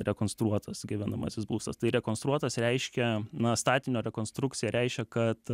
rekonstruotas gyvenamasis būstas tai rekonstruotas reiškia na statinio rekonstrukcija reiškia kad